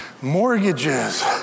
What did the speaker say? mortgages